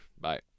bye